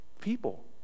people